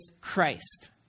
Christ